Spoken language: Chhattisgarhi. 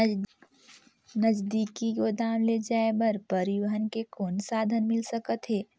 नजदीकी गोदाम ले जाय बर परिवहन के कौन साधन मिल सकथे?